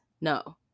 no